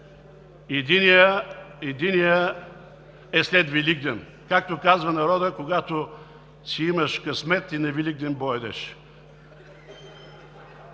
Единият е след Великден. Както казва народът: „Когато си имаш късмет и на Великден бой